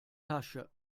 tasche